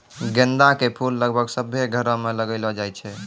गेंदा के फूल लगभग सभ्भे घरो मे लगैलो जाय छै